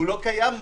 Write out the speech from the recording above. הוא לא קיים בו.